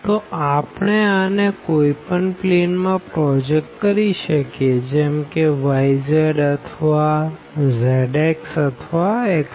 તો આપણે આને કોઈ પણ પ્લેન માં પ્રોજેક્ટ કરી શકીએ જેમ કે yz અથવા zx અથવા xy